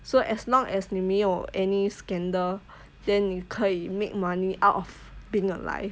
so as long as 你没有 any scandal then you 可以 make money out of being alive